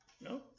No